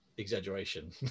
exaggeration